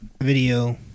video